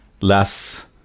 Less